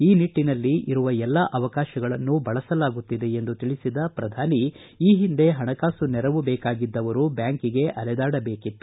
ಈ ನಿಟ್ಟನಲ್ಲಿ ಇರುವ ಎಲ್ಲಾ ಅವಕಾಶಗಳನ್ನು ಬಳಸಿಕೊಳ್ಳಲಾಗುತ್ತಿದೆ ಎಂದು ತಿಳಿಸಿದ ಪ್ರಧಾನಿ ಈ ಹಿಂದೆ ಪಣಕಾಸು ನೆರವು ಬೇಕಾಗಿದ್ದವರು ಬ್ಯಾಂಕಿಗೆ ಅಲೆದಾಡಬೇಕಿತ್ತು